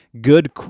good